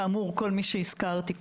כל מי שהזכרתי קודם.